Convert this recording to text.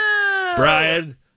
Brian